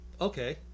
okay